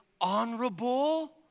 honorable